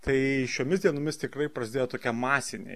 tai šiomis dienomis tikrai prasidėjo tokia masinė